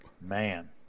Man